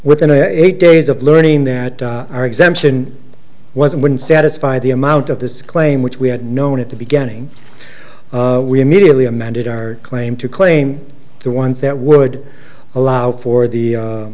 within eight days of learning that our exemption wasn't didn't satisfy the amount of this claim which we had known at the beginning we immediately amended our claim to claim the ones that would allow for the